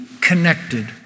connected